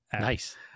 Nice